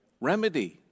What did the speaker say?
Remedy